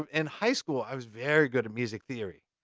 um in high school, i was very good at music theory.